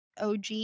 og